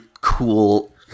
cool